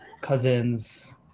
cousins